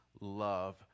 love